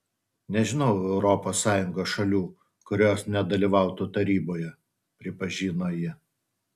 nežinau europos sąjungos šalių kurios nedalyvautų taryboje pripažino ji